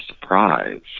surprise